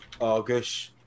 Argus